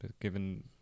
given